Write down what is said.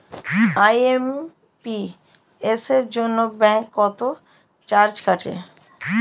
IMPS এর জন্য bank কত চার্জ কাটে?